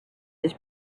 his